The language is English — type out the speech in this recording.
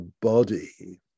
body